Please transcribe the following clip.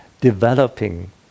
developing